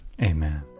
Amen